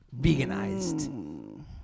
veganized